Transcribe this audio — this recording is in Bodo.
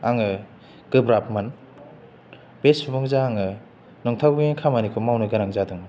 आङो गोब्राबमोन बे सुबुंजों आङो नंथावै खामानिखौ मावनो गोनां जादों